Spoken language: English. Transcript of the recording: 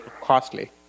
costly